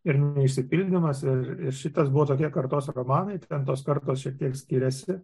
ir neišsipildymas ir šitas buvo tokia kartos romanai ten tos kartos šiek tiek skiriasi